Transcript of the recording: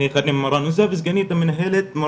המורה נזהה וסגנית המנהלת.